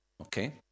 Okay